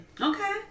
okay